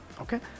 okay